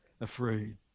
afraid